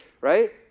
right